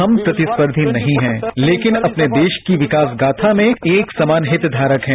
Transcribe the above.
हम प्रतिस्पर्धी नहीं हैं लेकिन अपने देश की विकास गाथा में एकसमान हितधारक हैं